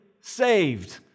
saved